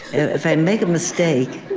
if i make a mistake,